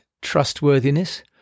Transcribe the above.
trustworthiness